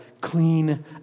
clean